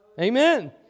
Amen